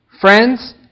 friends